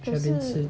可是